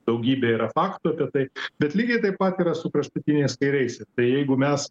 daugybė yra faktų apie tai bet lygiai taip pat yra su kraštutiniais kairiaisiais tai jeigu mes